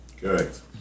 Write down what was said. Correct